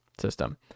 system